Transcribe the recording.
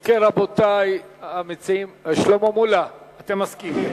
אם כן, רבותי המציעים, שלמה מולה, אתם מסכימים?